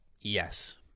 Yes